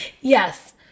Yes